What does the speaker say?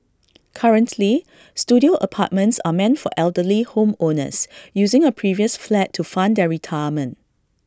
currently Studio apartments are meant for elderly home owners using A previous flat to fund their retirement